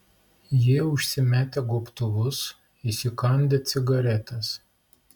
jie užsimetę gobtuvus įsikandę cigaretes